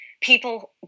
people